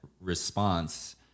response